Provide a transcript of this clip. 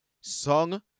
Song